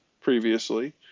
previously